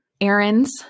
errands